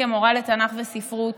כמורה לתנ"ך וספרות